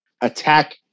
attack